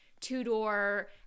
two-door